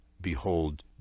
behold